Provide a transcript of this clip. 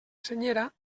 senyera